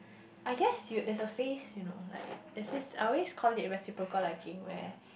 I guess you'd there is a phase you know like there's this I always call it reciprocal liking where